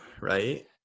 right